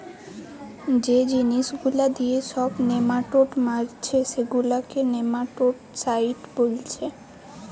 যে জিনিস গুলা দিয়ে সব নেমাটোড মারছে সেগুলাকে নেমাটোডসাইড বোলছে